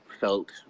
felt